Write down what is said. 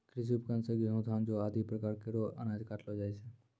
कृषि उपकरण सें गेंहू, धान, जौ आदि प्रकार केरो अनाज काटलो जाय छै